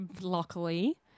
luckily